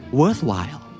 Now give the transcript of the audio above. worthwhile